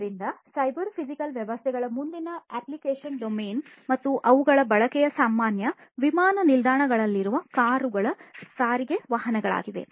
ಆದ್ದರಿಂದ cyber physical ವ್ಯವಸ್ಥೆಗಳ ಮುಂದಿನ ಅಪ್ಲಿಕೇಶನ್ ಡೊಮೇನ್ ಮತ್ತು ಅವುಗಳ ಬಳಕೆಯು ಸಾಮಾನ್ಯ ವಿಮಾನ ನಿಲ್ದಾಣಗಳಲ್ಲಿನ ಕಾರುಗಳ ಸಾರಿಗೆ ವಾಹನಗಳಾಗಿವೆ